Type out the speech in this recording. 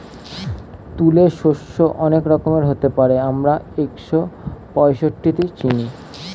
তুলে শস্য অনেক রকমের হতে পারে, আমরা একশোপঁয়ত্রিশটি চিনি